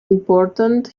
important